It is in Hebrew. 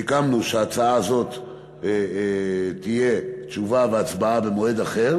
סיכמנו שבהצעה הזאת תהיה תשובה והצבעה במועד אחר,